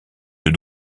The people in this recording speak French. œufs